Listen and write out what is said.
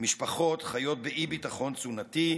משפחות חיות באי-ביטחון תזונתי,